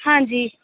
ਹਾਂਜੀ